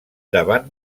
davant